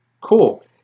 Cool